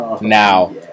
Now